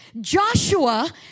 Joshua